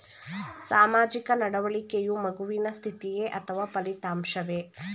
ಸಾಮಾಜಿಕ ನಡವಳಿಕೆಯು ಮಗುವಿನ ಸ್ಥಿತಿಯೇ ಅಥವಾ ಫಲಿತಾಂಶವೇ?